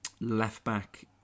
left-back